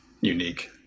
unique